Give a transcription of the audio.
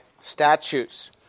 statutes